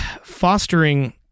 fostering